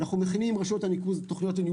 אנחנו מכינים עם רשויות הניקוז תוכניות לניהול